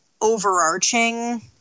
overarching